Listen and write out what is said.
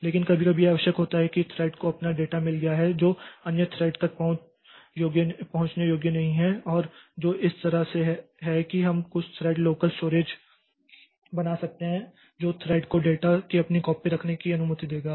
लेकिन कभी कभी यह आवश्यक होता है कि थ्रेड को अपना डेटा मिल गया है जो अन्य थ्रेड्स तक पहुंच योग्य नहीं है और जो इस तरह से हैं कि हम कुछ थ्रेड लोकल स्टोरेज बना सकते हैं जो थ्रेड को डेटा की अपनी कॉपी रखने की अनुमति देगा